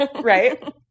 right